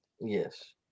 Yes